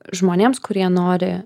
žmonėms kurie nori